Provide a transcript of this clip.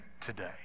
today